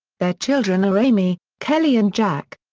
their children are aimee, kelly and jack.